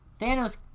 Thanos